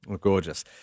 Gorgeous